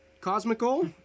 Cosmical